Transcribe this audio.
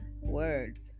words